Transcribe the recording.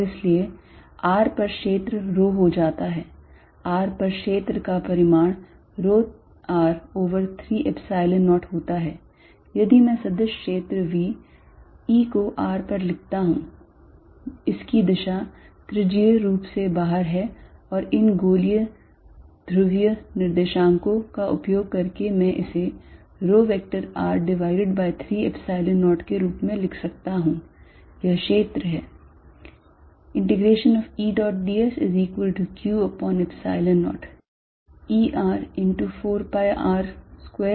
और इसलिए r पर क्षेत्र rho होता है r पर क्षेत्र का परिमाण rho r over 3 Epsilon 0 होता है यदि मैं सदिश क्षेत्र v E को r पर लिखता हूं इसकी दिशा त्रिज्यीय रूप से बाहर है और इन गोलीय ध्रुवीय निर्देशांको का उपयोग करके मैं इसे rho vector r divided by 3 Epsilon 0 के रूप में लिख सकता हूं यह क्षेत्र है